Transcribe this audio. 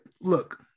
Look